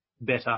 better